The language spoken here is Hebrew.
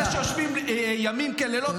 אני יודע שאתה נותן לאחרים.